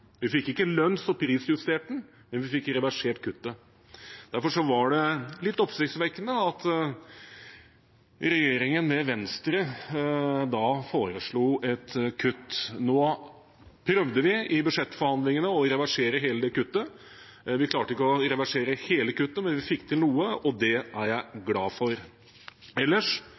Vi fikk ikke lønns- og prisjustert den, men vi fikk reversert kuttet. Derfor var det litt oppsiktsvekkende at regjeringen med Venstre foreslo et kutt. Nå prøvde vi i budsjettforhandlingene å reversere hele kuttet. Vi klarte ikke å reversere alt, men vi fikk til noe, og det er jeg glad for. Ellers